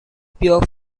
pure